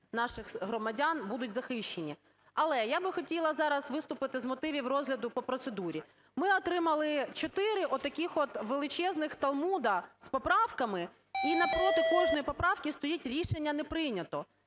наших громадян будуть захищені. Але я би хотіла зараз виступити з мотивів розгляду по процедурі. Ми отримали 4 отаких от величезних талмуда з поправками і навпроти кожної поправки стоїть "Рішення не прийнято".